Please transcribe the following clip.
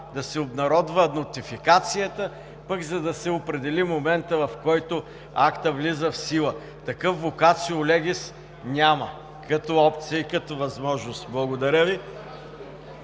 да се обнародва нотификацията, за да се определи моментът, в който актът влиза в сила. Такъв вокацио легис няма като опция и като възможност. Благодаря Ви.